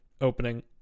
opening